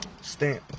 stamp